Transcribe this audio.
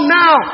now